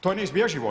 To je neizbježivo.